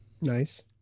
Nice